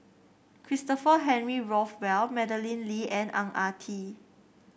Christopher Henry Rothwell Madeleine Lee and Ang Ah Tee